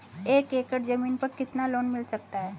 एक एकड़ जमीन पर कितना लोन मिल सकता है?